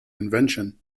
invention